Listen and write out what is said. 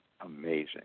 amazing